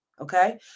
okay